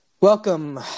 welcome